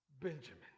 Benjamin